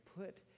put